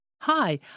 Hi